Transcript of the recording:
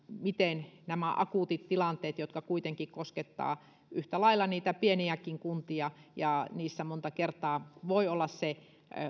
miten hoidetaan nämä akuutit tilanteet jotka kuitenkin koskettavat yhtä lailla niitä pieniäkin kuntia joissa monta kertaa voi olla se